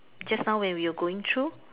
just now when we're going through